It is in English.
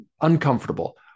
uncomfortable